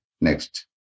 Next